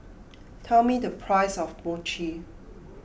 tell me the price of Mochi